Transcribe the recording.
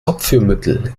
abführmittel